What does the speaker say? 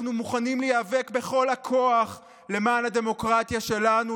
אנחנו מוכנים להיאבק בכל הכוח למען הדמוקרטיה שלנו,